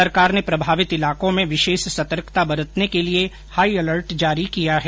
सरकार ने प्रभावित इलाकों में विशेष सतर्कता बरतने के लिए हाई अलर्ट जारी किया है